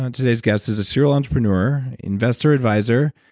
today's guest is a serial entrepreneur, investor advisor,